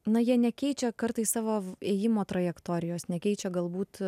na jie nekeičia kartais savo ėjimo trajektorijos nekeičia galbūt